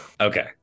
Okay